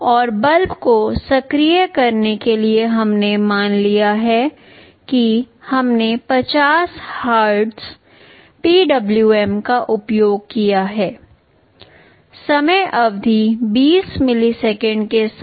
और बल्ब को सक्रिय करने के लिए हमने मान लिया है कि हमने 50 हर्ट्ज PWM का उपयोग किया है समय अवधि 20 मिलीसेकंड के साथ